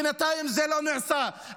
בינתיים זה לא נעשה.